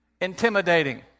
intimidating